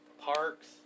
parks